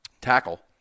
tackle